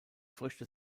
früchte